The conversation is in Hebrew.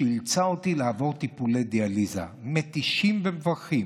והיא אילצה אותי לעבור טיפולי דיאליזה מתישים ומפרכים,